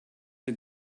the